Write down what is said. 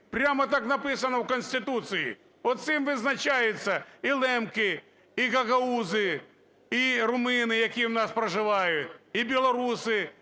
прямо так написано в Конституції. Оцим визначаються і лемки, і гагаузи, і румуни, які в нас проживають, і білоруси,